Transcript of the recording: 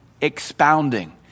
Expounding